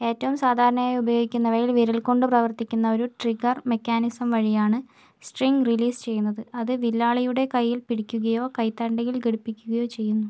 ഏറ്റവും സാധാരണയായി ഉപയോഗിക്കുന്നവയിൽ വിരൽ കൊണ്ട് പ്രവർത്തിക്കുന്ന ഒരു ട്രിഗർ മെക്കാനിസം വഴിയാണ് സ്ട്രിംഗ് റിലീസ് ചെയ്യുന്നത് അത് വില്ലാളിയുടെ കയ്യിൽ പിടിക്കുകയോ കൈത്തണ്ടയിൽ ഘടിപ്പിക്കുകയോ ചെയ്യുന്നു